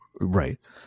Right